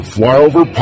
Flyover